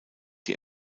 die